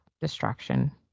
destruction